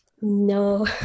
No